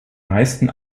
meisten